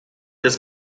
des